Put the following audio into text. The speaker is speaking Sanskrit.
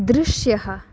दृश्यः